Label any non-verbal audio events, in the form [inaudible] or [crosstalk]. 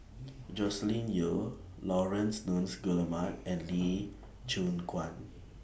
[noise] Joscelin Yeo Laurence Nunns Guillemard and Lee Choon Guan